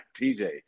TJ